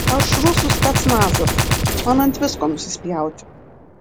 aš rusų specnazas man ant visko nusispjauti